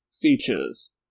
Features